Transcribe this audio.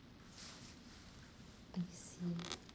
I see